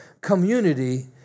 community